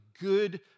good